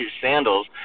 sandals